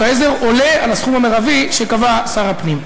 העזר עולה על הסכום המרבי שקבע שר הפנים.